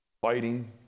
fighting